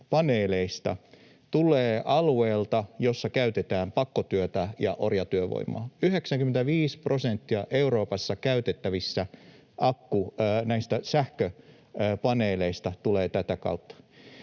aurinkokennopaneeleista tulee alueelta, jossa käytetään pakkotyötä ja orjatyövoimaa. 95 prosenttia Euroopassa käytettävistä sähköpaneeleista tulee tätä kautta.